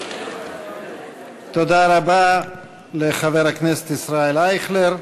תודה רבה לחבר הכנסת ישראל אייכלר.